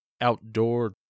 outdoor